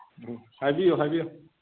ꯎꯝ ꯍꯥꯏꯕꯤꯌꯨ ꯍꯥꯏꯕꯤꯌꯨ